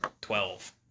Twelve